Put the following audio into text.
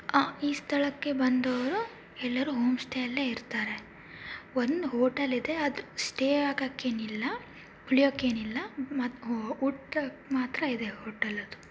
ಈ ಸ್ಥಳಕ್ಕೆ ಬಂದವರು ಎಲ್ಲರೂ ಹೋಮ್ ಸ್ಟೇಯಲ್ಲೇ ಇರ್ತಾರೆ ಒಂದು ಹೋಟೆಲಿದೆ ಅದು ಸ್ಟೇ ಆಗಕ್ಕೇನಿಲ್ಲ ಉಳಿಯೋಕ್ಕೇನಿಲ್ಲ ಊಟ ಮಾತ್ರ ಇದೆ ಹೋಟೆಲ್ದು